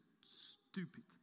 stupid